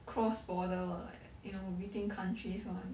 cross border like you know between countries